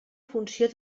funció